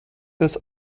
des